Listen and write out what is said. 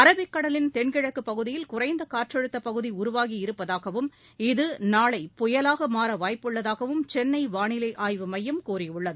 Arabic கடலின் தென்கிழக்குப் பகுதியில் குறைந்த காற்றழுத்தப் பகுதி உருவாகியிருப்பதாகவும் இது நாளை புயலாக மாற வாய்ப்புள்ளதாகவும் சென்னை வாளிலை ஆய்வு மையம் கூறியுள்ளது